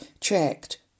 checked